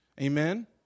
Amen